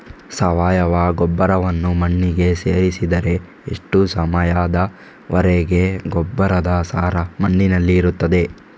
ಸಾವಯವ ಗೊಬ್ಬರವನ್ನು ಮಣ್ಣಿಗೆ ಸೇರಿಸಿದರೆ ಎಷ್ಟು ಸಮಯದ ವರೆಗೆ ಗೊಬ್ಬರದ ಸಾರ ಮಣ್ಣಿನಲ್ಲಿ ಇರುತ್ತದೆ?